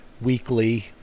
weekly